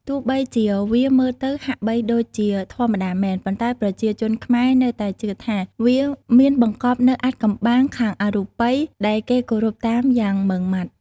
ទោះបីជាវាមើលទៅហាក់បីដូចជាធម្មតាមែន ប៉ុន្តែប្រជាជនខ្មែរនៅតែជឿថា វាមានបង្កប់នៅអាថ៌កំបាំងខាងអរូបិយដែលគេគោរពតាមយ៉ាងមុឺងមាត់។